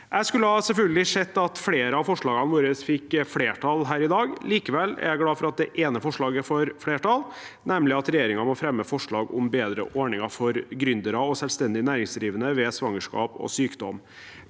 Jeg skulle selvfølgelig sett at flere av forslagene våre fikk flertall her i dag. Likevel er jeg glad for at det ene forslaget får flertall, nemlig at regjeringen må fremme forslag om bedre ordninger for gründere og selvstendig næringsdrivende ved svangerskap og sykdom.